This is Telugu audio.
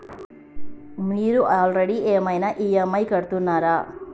మీరు ఆల్రెడీ ఏమైనా ఈ.ఎమ్.ఐ కడుతున్నారా?